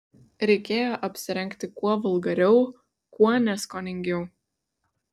reikėjo apsirengti kuo vulgariau kuo neskoningiau